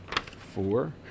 four